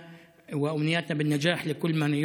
ואנו מברכים ומאחלים הצלחה לכל מי